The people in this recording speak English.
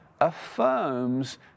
affirms